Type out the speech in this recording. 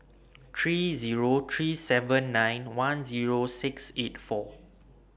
three Zero three seven nine one Zero six eight four